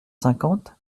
cinquante